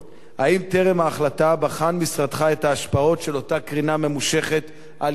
1. האם טרם ההחלטה בחן משרדך את ההשפעות של אותה קרינה ממושכת על ילדים?